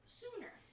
sooner